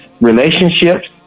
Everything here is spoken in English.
relationships